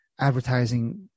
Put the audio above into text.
advertising